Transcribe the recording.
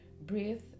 Breathe